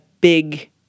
big